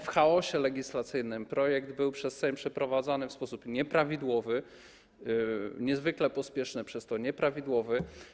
W chaosie legislacyjnym projekt był przez Sejm przeprowadzony w sposób nieprawidłowy, niezwykle pospieszny, przez co nieprawidłowy.